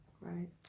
Right